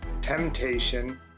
temptation